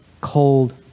cold